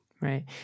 Right